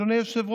אדוני היושב-ראש,